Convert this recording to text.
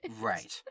Right